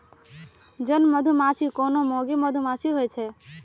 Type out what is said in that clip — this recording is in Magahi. जन मधूमाछि कोनो मौगि मधुमाछि होइ छइ